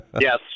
yes